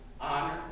Honor